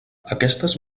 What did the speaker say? aquestes